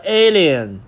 alien